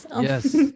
Yes